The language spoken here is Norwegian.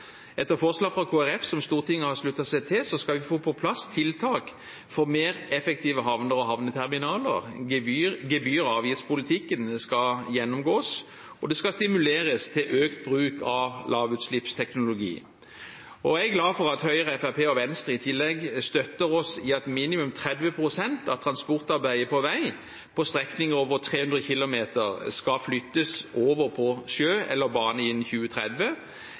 Etter forslag fra Kristelig Folkeparti, som Stortinget har sluttet seg til, skal vi få på plass tiltak for mer effektive havner og havneterminaler, gebyr- og avgiftspolitikken skal gjennomgås, og det skal stimuleres til økt bruk av lavutslippsteknologi. Jeg er glad for at Høyre, Fremskrittspartiet og Venstre i tillegg støtter oss i at minimum 30 pst. av transportarbeidet på vei, på strekninger over 300 km, skal flyttes over på sjø eller bane innen 2030.